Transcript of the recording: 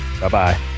Bye-bye